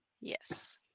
Yes